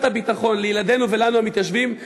הביטחון של ילדינו ושלנו המתיישבים תחזור?